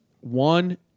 one